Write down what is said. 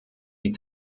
die